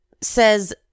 says